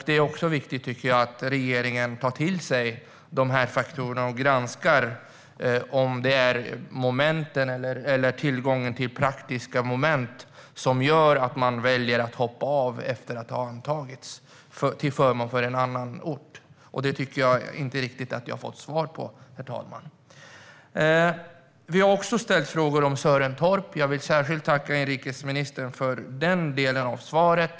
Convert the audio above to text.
Det är viktigt att regeringen tar till sig dessa faktorer och granskar om det är tillgången till praktiska moment som gör att en del efter antagning väljer att hoppa av utbildningen på en ort till förmån för en annan ort. Det tycker jag inte att jag har fått svar på. Vi har också ställt frågor om Sörentorp. Jag vill tacka inrikesministern särskilt för den delen av svaret.